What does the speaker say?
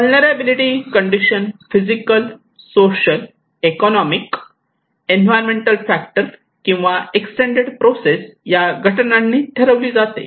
vulnerability condition physical social economic environment factor किंवा extended process या घटनांनी ठरवली जाते